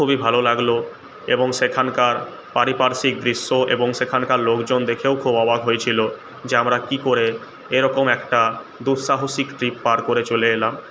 খুবই ভালো লাগলো এবং সেখানকার পারিপার্শ্বিক দৃশ্য এবং সেখানকার লোকজন দেখেও খুব অবাক হয়েছিলো যে আমরা কীকরে এরকম একটা দুঃসাহসিক ট্রিপ পার করে চলে এলাম